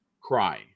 Cry